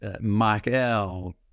Michael